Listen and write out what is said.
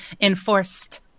enforced